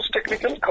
Technical